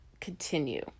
continue